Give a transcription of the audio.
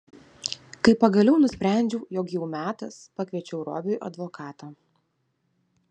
kai pagaliau nusprendžiau jog jau metas pakviečiau robiui advokatą